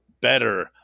better